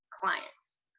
clients